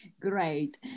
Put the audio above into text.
Great